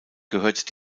gehört